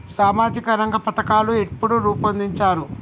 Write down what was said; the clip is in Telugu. సామాజిక రంగ పథకాలు ఎప్పుడు రూపొందించారు?